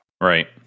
Right